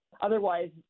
Otherwise